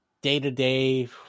day-to-day